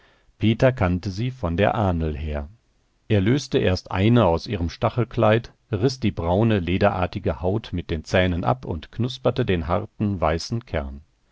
peter kannte sie von der ahnl her er löste erst eine aus ihrem stachelkleid riß die braune lederartige haut mit den zähnen ab und knusperte den harten weißen kern